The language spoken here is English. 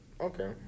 Okay